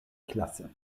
klasse